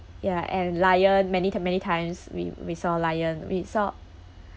ya and lion many t~ many times we we saw lion we saw